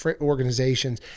organizations